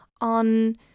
On